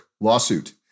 lawsuit